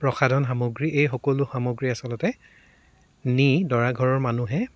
প্ৰসাধন সামগ্ৰী এই সকলো সামগ্ৰী আচলতে নি দৰা ঘৰৰ মানুহে